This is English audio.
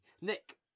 Nick